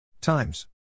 times